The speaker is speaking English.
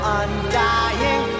undying